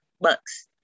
bucks